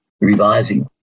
revising